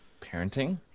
parenting